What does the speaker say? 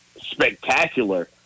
spectacular